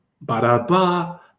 ba-da-ba